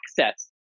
access